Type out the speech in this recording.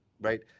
right